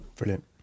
Brilliant